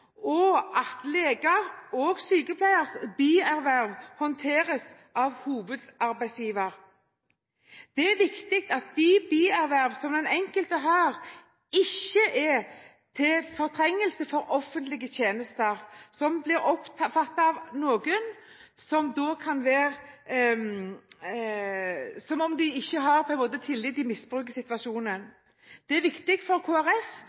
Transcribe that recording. og at legers og sykepleieres bierverv håndteres av hovedarbeidsgiver. Det er viktig at de bierverv som den enkelte har, ikke fortrenger offentlige tjenester og blir oppfattet som at man misbruker situasjonen. Det er viktig for Kristelig Folkeparti at avtalene med de regionale helseforetakene blir oppfylt. Det er heller ikke